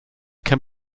can